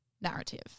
narrative